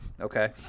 Okay